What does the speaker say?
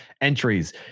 Entries